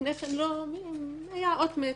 לפני כן היה אות מתה,